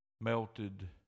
melted